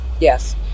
Yes